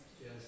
Yes